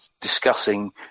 discussing